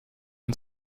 and